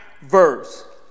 verse